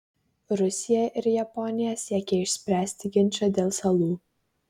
rusija ir japonija siekia išspręsti ginčą dėl salų